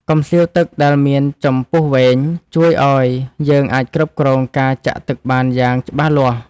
កំសៀវទឹកដែលមានចំពុះវែង ជួយឱ្យយើងអាចគ្រប់គ្រងការចាក់ទឹកបានយ៉ាងច្បាស់លាស់។